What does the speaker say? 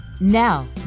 now